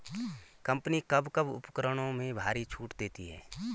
Company कब कब उपकरणों में भारी छूट देती हैं?